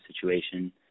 situation